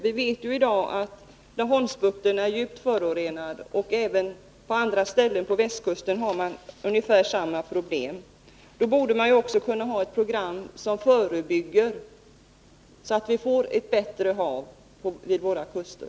Vi vet i dag att Laholmsbukten är djupt förorenad. Även på andra ställen på västkusten har man ungefär samma problem. Då borde man också kunna ha ett program som förebygger, så att vi får ett bättre havsvatten intill våra kuster.